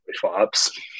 flops